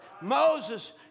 Moses